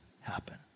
happen